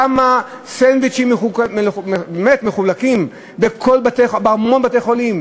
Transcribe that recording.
כמה סנדוויצ'ים מחולקים בהמון בתי-חולים,